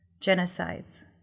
genocides